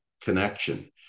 connection